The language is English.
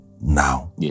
now